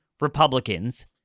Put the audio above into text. Republicans